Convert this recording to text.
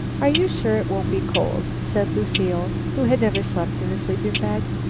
are you sure it won't be cold? said lucile, who had never slept in a sleeping-bag.